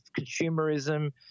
consumerism